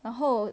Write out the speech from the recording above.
然后